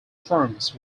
firms